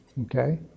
Okay